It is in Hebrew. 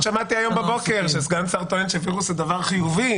פשוט שמעתי היום בבוקר שסגן שר טוען שווירוס זה דבר חיובי,